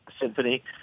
Symphony